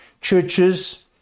churches